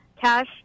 cash